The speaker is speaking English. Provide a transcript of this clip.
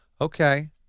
Okay